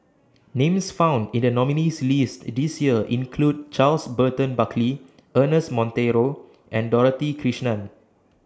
Names found in The nominees' list This Year include Charles Burton Buckley Ernest Monteiro and Dorothy Krishnan